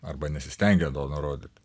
arba nesistengia to nurodyt